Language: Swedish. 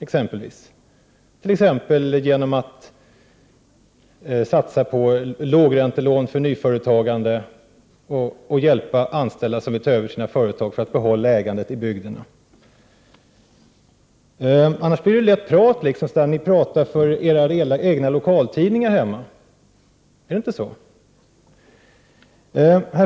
Det kan t.ex. göras genom att man satsar på lågräntelån för nyföretagande och hjälper anställda som vill ta över sina företag för att behålla ägandet i bygderna. Det blir annars lätt bara prat, att ni pratar för egna lokaltidningar där hemma. Är det inte så?